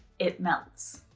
it melts.